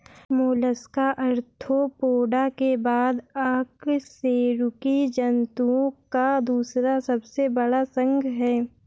Mollusca Arthropoda के बाद अकशेरुकी जंतुओं का दूसरा सबसे बड़ा संघ है